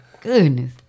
Goodness